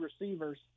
receivers